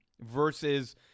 versus